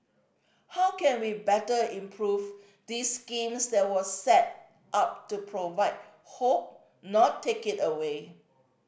how can we better improve this scheme that was set up to provide hope not take it away